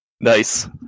Nice